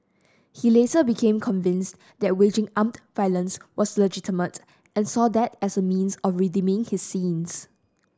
he later became convinced that waging armed violence was legitimate and saw that as a means of redeeming his sins